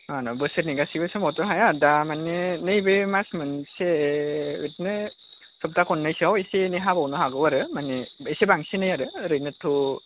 मा होनो बोसोरनि गासैबो टाइमावथ' हाया दा माने नैबे मास मोनसे बिदिनो सप्ताखुननैसोआव इसे एनै हाबावनो हायो आरो मानि एसे बांसिनै आरो ओरैनोथ'